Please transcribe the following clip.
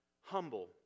Humble